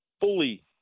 fully